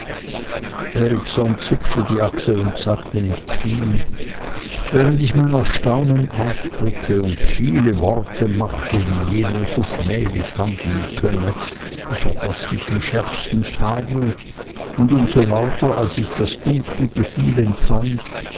erikson zuckte die achsel und sagte nicht viel während ich mein erstaunen ausdrückte und viele worte machte wie jener so schmählich handeln könne ich ergoß mich im schärfsten tadel und um so lauter als ich das dunkle gefühl empfand